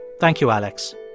thank you, alex.